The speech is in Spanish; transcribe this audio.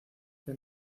que